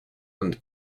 and